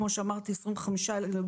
כמו שאמרתי לדוגמה,